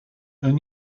een